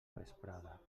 vesprada